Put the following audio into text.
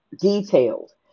Detailed